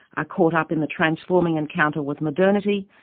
are caught up in the transforming encounter with modernity,